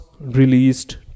released